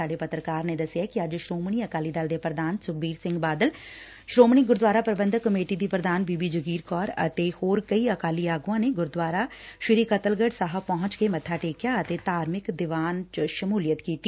ਸਾਡੇ ਪੱਤਰਕਾਰ ਨੇ ਦਸਿਐ ਕਿ ਅੱਜ ਸ੍ਰੋਮਣੀ ਅਕਾਲੀ ਦੇਲ ਦੇ ਪ੍ਰਧਾਨ ਸੁਖਬੀਰ ਸਿੰਘ ਬਾਦਲ ਸ੍ਰੋਮਣੀ ਗੁਰਦੁਆਰਾ ਪ੍ਰਬੰਧਕ ਕਮੇਟੀ ਦੀ ਪ੍ਰਧਾਨ ਬੀਬੀ ਜਾਗੀਰ ਕੌਰ ਅਤੇ ਹੋਰ ਕਈ ਅਕਾਲੀ ਆਗੁਆਂ ਨੇ ਗੁਰਦੁਆਰਾ ਸ੍ਰੀ ਕਤਲਗੜ ਸਾਹਿਬ ਪਹੁੰਚ ਕੇ ਮੱਬਾ ਟੇਕਿਆ ਅਤੇ ਧਾਰਮਿਕ ਦੀਵਾਨ ਚ ਸ਼ਮੁਲੀਅਤ ਕੀਤੀ